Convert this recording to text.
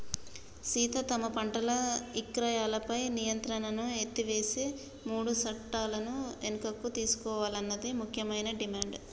సీత తమ పంటల ఇక్రయాలపై నియంత్రణను ఎత్తివేసే మూడు సట్టాలను వెనుకకు తీసుకోవాలన్నది ముఖ్యమైన డిమాండ్